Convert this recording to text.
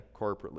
corporately